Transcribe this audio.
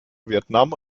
vietnam